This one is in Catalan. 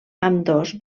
ambdós